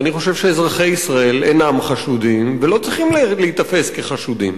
אני חושב שאזרחי ישראל אינם חשודים ולא צריכים להיתפס כחשודים.